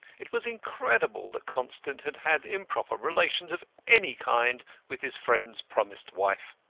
it was incredible that constant had had improper relations of any kind with his friend's promised wife.